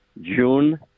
June